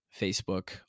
facebook